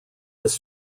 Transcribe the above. this